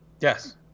Yes